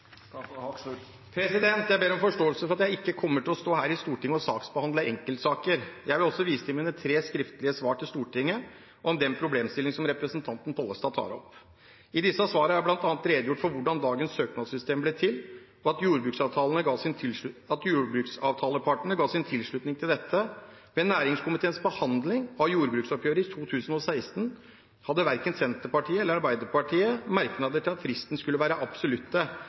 Jeg ber om forståelse for at jeg ikke kommer til å stå her i Stortinget og behandle enkeltsaker. Jeg vil også vise til mine tre skriftlige svar til Stortinget om den problemstillingen som representanten Pollestad tar opp. I disse svarene har jeg bl.a. redegjort for hvordan dagens søknadssystem ble til, og at jordbruksavtalepartene ga sin tilslutning til dette. Ved næringskomiteens behandling av jordbruksoppgjøret i 2016 hadde verken Senterpartiet eller Arbeiderpartiet merknader til at fristene skulle være